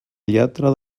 lletra